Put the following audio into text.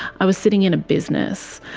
i was sitting in a business.